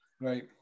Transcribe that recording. right